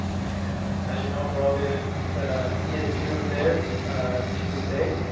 and as you know, probably, there's the csu is there's chico state.